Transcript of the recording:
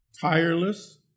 tireless